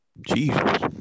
Jesus